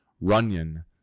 Runyon